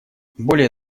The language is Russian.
более